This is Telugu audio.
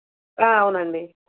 అవునండి